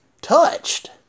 touched